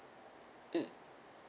mm